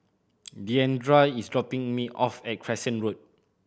Deandra is dropping me off at Crescent Road